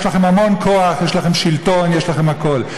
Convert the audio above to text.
יש לכם המון כוח, יש לכם שלטון, יש לכם הכול.